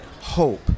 hope